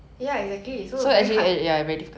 !wow!